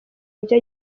ibyo